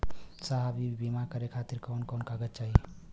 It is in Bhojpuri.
साहब इ बीमा करें खातिर कवन कवन कागज चाही?